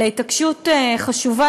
אלא התעקשות חשובה,